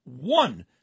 one